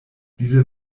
diese